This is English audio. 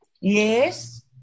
Yes